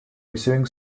receiving